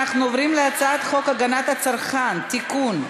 אנחנו עוברים להצעת חוק הגנת הצרכן (תיקון,